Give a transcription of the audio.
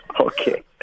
Okay